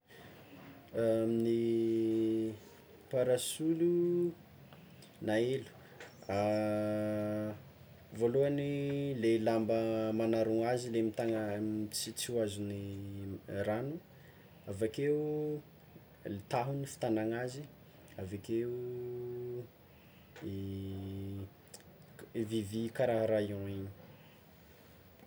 Ny parasolo na elo voalohany le lamba manarogno azy le mitagna tsy tsy hoazon'ny ragno, avekeo le tahony fitagnan'azy, avekeo k- vy vy kara rayon igny.